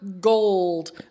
gold